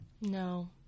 No